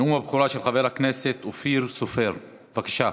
נאום הבכורה של חבר הכנסת אופיר סופר, בבקשה.